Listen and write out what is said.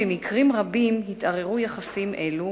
במקרים רבים התערערו יחסים אלו,